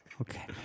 Okay